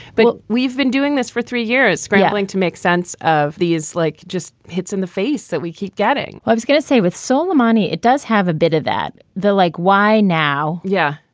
but we've been doing this for three years, scrambling to make sense of these like just hits in the face that we keep getting well, i was gonna say with soul money, it does have a bit of that the like. why now? yeah,